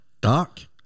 dark